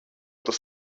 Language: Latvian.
tas